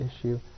issue